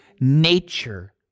nature